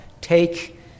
Take